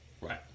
Right